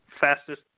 fastest